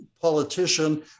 politician